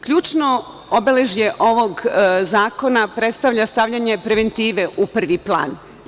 Ključno obeležje ovog zakona predstavlja stavljanje preventive u prvi plan.